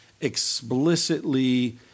explicitly